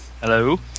Hello